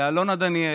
לאלונה דניאל.